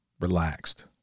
relaxed